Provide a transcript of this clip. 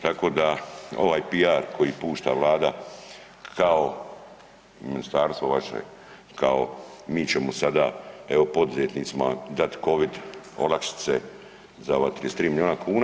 Tako da ovaj PR koji pušta Vlada kao ministarstvo vaše, kao mi ćemo sada evo poduzetnicima dati covid olakšice za ova 33 milijuna kuna.